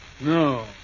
No